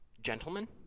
gentlemen